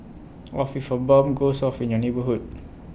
of if A bomb goes off in your neighbourhood